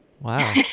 Wow